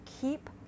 Keep